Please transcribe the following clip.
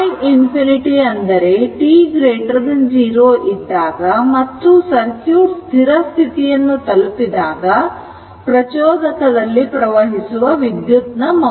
i ∞ ಅಂದರೆ t0 ಇದ್ದಾಗ ಮತ್ತು ಸರ್ಕ್ಯೂಟ್ ಸ್ಥಿರ ಸ್ಥಿತಿಯನ್ನು ತಲುಪಿದಾಗ ಪ್ರಚೋದಕದಲ್ಲಿ ಪ್ರವಹಿಸುವ ವಿದ್ಯುತ್ ನ ಮೌಲ್ಯ